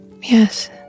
Yes